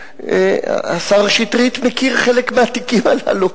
השר שטרית מכיר חלק מהתיקים הללו.